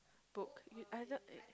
book you either eh